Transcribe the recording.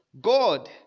God